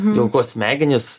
dėl ko smegenys